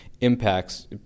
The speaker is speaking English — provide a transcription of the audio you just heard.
impacts